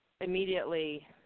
immediately